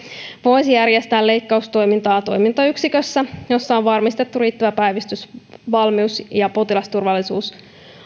voisi järjestää leikkaustoimintaa toimintayksikössä jossa on varmistettu riittävä päivystysvalmius ja potilasturvallisuus